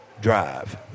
drive